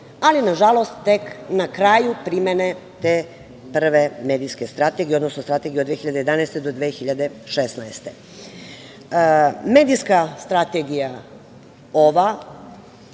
ali na žalost na kraju primene te prve medijske strategije, odnosno strategije od 2011. do 2016. godine. Medijska strategija ova